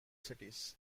cities